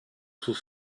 sous